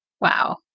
Wow